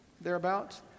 thereabouts